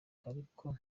ariko